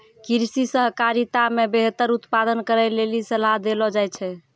कृषि सहकारिता मे बेहतर उत्पादन करै लेली सलाह देलो जाय छै